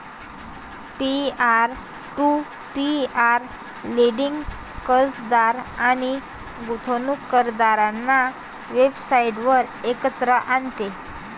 peer to peer lending कर्जदार आणि गुंतवणूकदारांना वेबसाइटवर एकत्र आणते